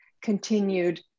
continued